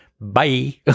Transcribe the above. Bye